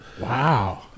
wow